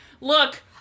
look